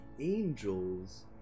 Angels